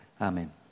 Amen